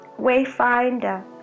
Wayfinder